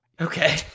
Okay